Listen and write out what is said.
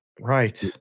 Right